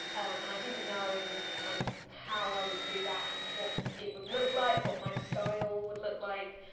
and i didn't know, kind of how i would do that, and what it would look like, what my style would look like,